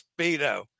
speedo